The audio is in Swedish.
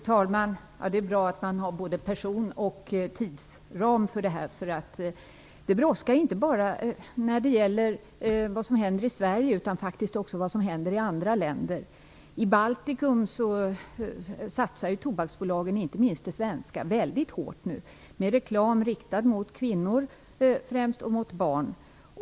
Fru talman! Det är bra att man har både en person och en tidsram för det här. Detta brådskar ju inte bara när det gäller vad som händer i Sverige utan faktiskt också när det gäller vad som händer i andra länder. I Baltikum satsar tobaksbolagen, inte minst det svenska företaget, väldigt hårt nu. Det gäller reklam riktad mot främst kvinnor och barn.